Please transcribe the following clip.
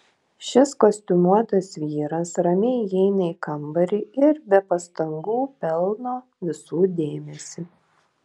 šis kostiumuotas vyras ramiai įeina į kambarį ir be pastangų pelno visų dėmesį